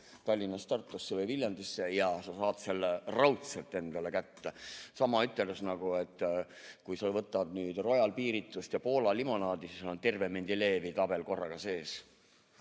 Tallinnast Tartusse või Viljandisse, ja sa saad selle raudselt kätte. Sama ütelus nagu, et kui sa võtad Royali piiritust ja Poola limonaadi, siis sul on terve Mendelejevi tabel korraga sees.